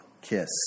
kiss